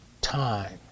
time